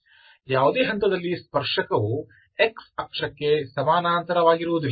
ಯಾವುದೇ ಹಂತದಲ್ಲಿ ಸ್ಪರ್ಶಕವು x ಅಕ್ಷಕ್ಕೆ ಸಮಾನಾಂತರವಾಗಿರುವುದಿಲ್ಲ